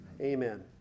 Amen